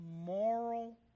moral